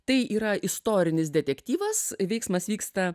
tai yra istorinis detektyvas veiksmas vyksta